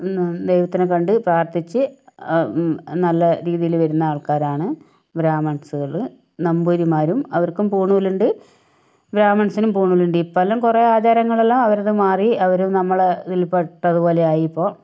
ദൈവത്തിനെ കണ്ടു പ്രാർത്ഥിച്ച് നല്ല രീതിയിൽ വരുന്ന ആൾക്കാരാണ് ബ്രാഹ്മിൻസുകൾ നമ്പൂതിരിമാരും അവർക്കും പൂണൂലുണ്ട് ബ്രാഹ്മിൻസിനും പൂണൂൽ ഉണ്ട് ഇപ്പൊൾ എല്ലാം കുറെ ആചാരങ്ങൾ എല്ലാം അവരത് മാറി അവര് നമ്മളതിൽ പെട്ടത് പോലെ ആയി ഇപ്പൊൾ